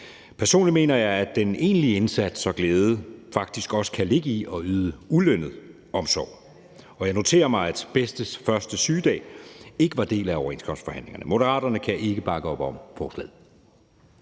Personligt mener jeg, at den egentlige indsats og glæde faktisk også kan ligge i at yde ulønnet omsorg, og jeg noterer mig, at bedstes første sygedag ikke var en del af overenskomstforhandlingerne. Moderaterne kan ikke bakke op om forslaget.